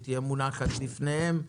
שתהיה מונחת בפניהם.